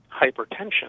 hypertension